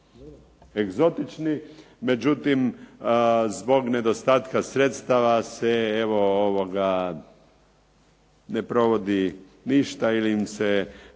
egzotični. Međutim, zbog nedostatka sredstava se evo ne provodi ništa ili im se